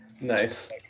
Nice